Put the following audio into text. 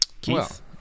Keith